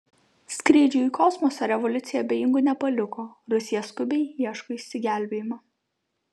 skrydžių į kosmosą revoliucija abejingų nepaliko rusija skubiai ieško išsigelbėjimo